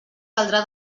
caldrà